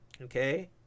Okay